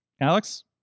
Alex